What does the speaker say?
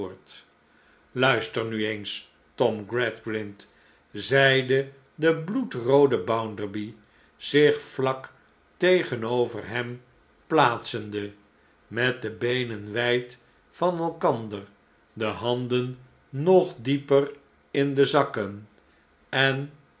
luister nu eens tom gradgrind zeide de bloedroode bounderby zich vlak tegenover hem plaatsende met de beenen wijd van elkander de handen nog dieper in de zakken en